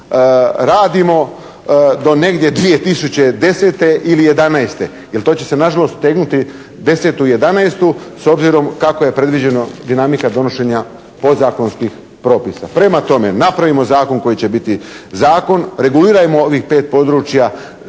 radimo do negdje 2010. ili 2011. jer to će se nažalost otegnuti 10., 11. s obzirom kako je predviđena dinamika donošenja podzakonskih propisa. Prema tome, napravimo zakon koji će biti zakon, regulirajmo ovih pet područja